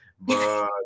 but-